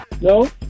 No